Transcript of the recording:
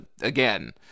again